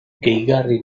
gehigarri